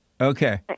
Okay